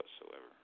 whatsoever